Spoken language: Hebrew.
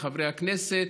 כחברי הכנסת,